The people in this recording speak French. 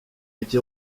été